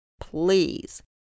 Please